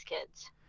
kids